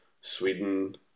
Sweden